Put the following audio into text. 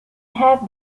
have